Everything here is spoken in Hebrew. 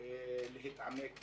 ולהתעמק בנושא,